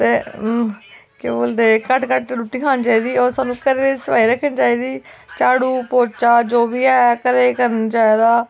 ते केह् बोलदे घट्ट घट्ट रुट्टी खानी चाहिदी होर घरै दी सफाई रक्खनी चाहिदी झाड़ू पोच्चा जो बी ऐ घरै च करना चाहिदा